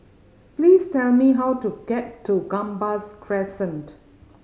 please tell me how to get to Gambas Crescent